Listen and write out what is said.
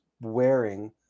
wearing